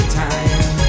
time